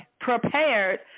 prepared